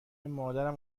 مادرم